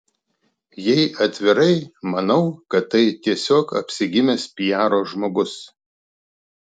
jei atvirai manau kad tai tiesiog apsigimęs piaro žmogus